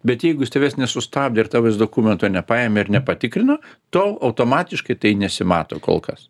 bet jeigu jis tavęs nesustabdė ir tau jis dokumento nepaėmė ir nepatikrino to automatiškai tai nesimato kol kas